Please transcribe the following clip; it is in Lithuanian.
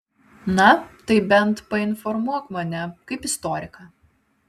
na tai bent painformuok mane kaip istoriką